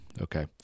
Okay